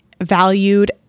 valued